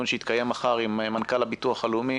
לדיון שיתקיים מחר עם מנכ"ל הביטוח הלאומי.